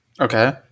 Okay